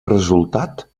resultat